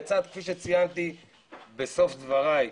לצד כפי שציינתי בסוף דבריי,